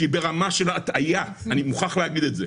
שהיא ברמה של הטעיה, אני מוכרח להגיד את זה,